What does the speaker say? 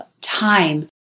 time